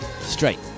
straight